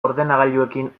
ordenagailuekin